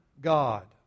God